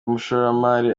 umushoramari